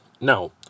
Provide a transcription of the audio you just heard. Now